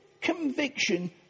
conviction